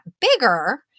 bigger